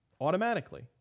automatically